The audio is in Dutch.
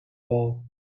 bal